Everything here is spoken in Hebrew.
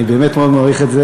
אני באמת מאוד מעריך את זה.